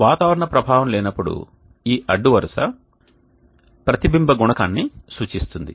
వాతావరణ ప్రభావం లేనపుడు ఈ అడ్డు వరుస ప్రతిబింబ గుణకాని సూచిస్తుంది